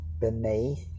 beneath